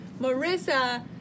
Marissa